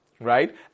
Right